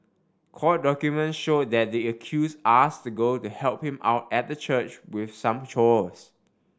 court document show that the accused asked the girl to help him out at the church with some chores